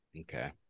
Okay